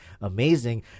amazing